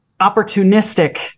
opportunistic